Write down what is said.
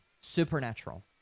Supernatural